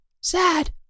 Sad